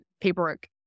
paperwork